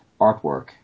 artwork